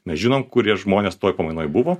mes žinom kurie žmonės toj pamainoj buvo